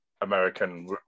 American